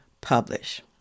publish